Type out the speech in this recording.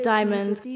Diamonds